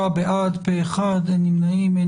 אין נמנעים, אין